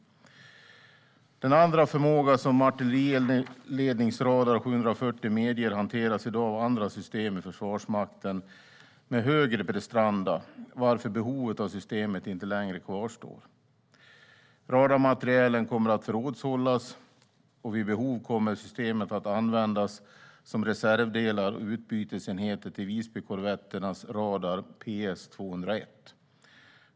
Den förmåga som artillerieldledningsradar 740 medger hanteras i dag av andra system i Försvarsmakten med högre prestanda varför behovet av systemet inte längre kvarstår. Radarmaterielen kommer att förrådshållas, och vid behov kommer systemet att användas som reservdelar och utbytesenheter till Visbykorvetternas radar PS201.